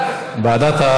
בוועדה,